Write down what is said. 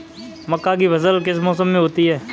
मक्का की फसल किस मौसम में होती है?